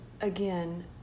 Again